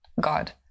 God